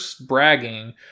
bragging